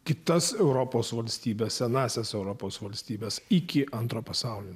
kitas europos valstybes senąsias europos valstybes iki antro pasaulio